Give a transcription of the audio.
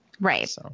Right